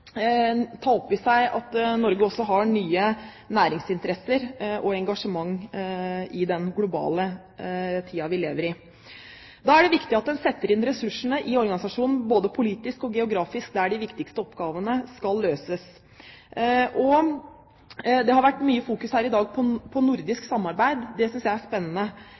engasjement i den globale tiden vi lever i. Da er det viktig at en setter inn ressursene i organisasjonen, både politisk og geografisk, der de viktigste oppgavene skal løses. Det har vært mye fokus her i dag på nordisk samarbeid, det synes jeg er spennende.